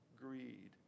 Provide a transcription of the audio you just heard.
greed